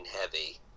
heavy